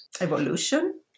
evolution